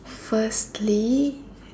firstly